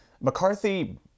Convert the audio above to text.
McCarthy